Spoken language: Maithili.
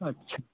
अच्छा